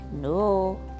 No